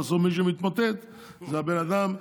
בסוף מי שמתמוטט זה הבן אדם,